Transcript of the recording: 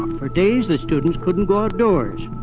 for days, the students couldn't go outdoors,